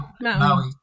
Maui